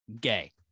gay